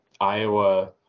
Iowa